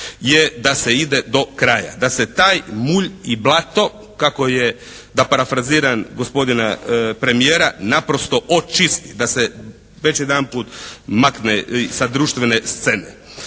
je da se ide do kraja, da se taj mulj i blato kako je da parafraziram gospodina premijera naprosto očisti, da se već jedanput makne sa društvene scene.